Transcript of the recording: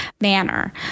manner